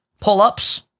pull-ups